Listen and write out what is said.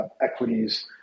equities